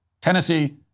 Tennessee